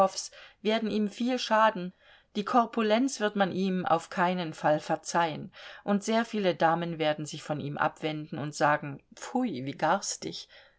werden ihm viel schaden die korpulenz wird man ihm auf keinen fall verzeihen und sehr viele damen werden sich von ihm abwenden und sagen pfui wie